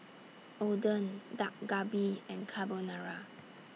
Oden Dak Galbi and Carbonara